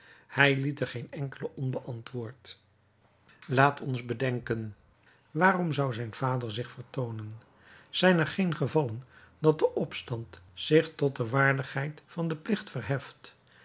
hij liet er geen enkele onbeantwoord laat ons bedenken waarom zou zijn vader zich vertoornen zijn er geen gevallen dat de opstand zich tot de waardigheid van den plicht verheft